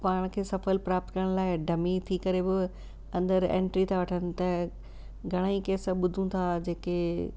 पाण खे सफल प्राप्त करण लाइ डमी थी करे बि अंदरि एंट्री था वठनि त घणेई केस ॿुधूं था जे के